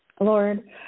Lord